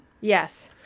Yes